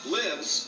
lives